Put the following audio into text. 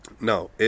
No